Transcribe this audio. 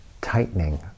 tightening